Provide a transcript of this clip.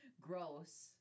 Gross